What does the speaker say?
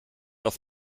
auf